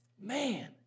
Man